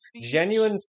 genuine